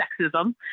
sexism